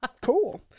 cool